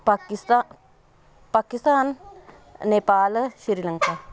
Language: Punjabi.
ਪਾਕਿਸਤਾ ਪਾਕਿਸਤਾਨ ਨੇਪਾਲ ਸ੍ਰੀਲੰਕਾ